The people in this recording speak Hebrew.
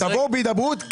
תבואו בהידברות.